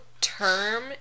term